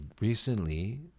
recently